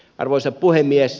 arvoisa puhemies